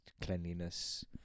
cleanliness